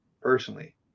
personally